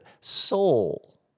Soul